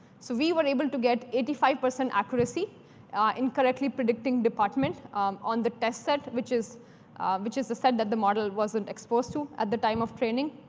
so we were able to get eighty five percent accuracy ah in correctly predicting department on the test set, which is which is the set that the model wasn't exposed to at the time of training.